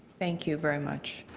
thank you very much.